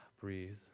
breathe